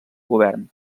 govern